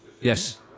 Yes